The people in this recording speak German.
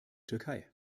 türkei